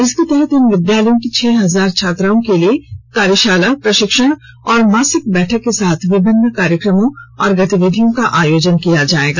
इसके तहत इन विद्यालयों की छह हजार छात्राओं के लिए कार्यशाला प्रशिक्षण और मासिक बैठक के साथ विभिन्न कार्यक्रमों और गतिविधियों का आयोजन किया जाएगा